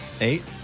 Eight